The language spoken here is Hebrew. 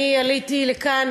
אני עליתי לכאן